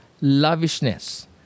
lavishness